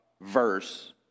verse